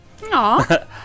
Aww